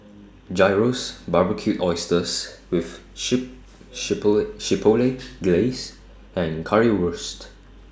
Gyros Barbecued Oysters with sheep Glaze and Currywurst